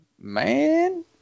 Man